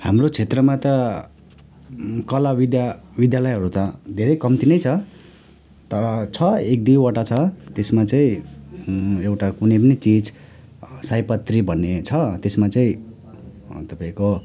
हाम्रो क्षेत्रमा त कला विद्या विद्यालयहरू त धेरै कम्ती नै छ तर छ एक दुइवटा छ त्यसमा चाहिँ एउटा कुनै पनि चिज सयपत्री भन्ने छ त्यसमा चाहिँ तपाईँको